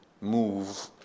move